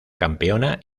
campeona